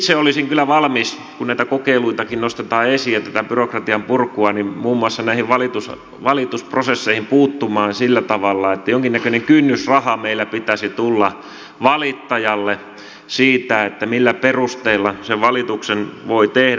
itse olisin kyllä valmis kun näitä kokeilujakin nostetaan esiin ja tätä byrokratian purkua muun muassa näihin valitusprosesseihin puuttumaan sillä tavalla että jonkinnäköinen kynnysraha meillä pitäisi tulla valittajalle siitä millä perusteella sen valituksen voi tehdä